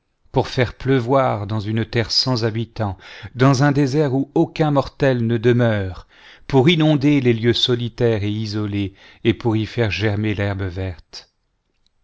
pour faire pleuvoir dans une terre sans habitants dans un désert où aucun mortel ne demeure pour inonder les lieux solitaires et isolés et pour y faire germer l'herbe verte